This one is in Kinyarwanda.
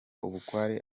bukware